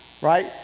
right